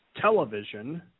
television